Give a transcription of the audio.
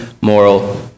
moral